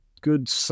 Good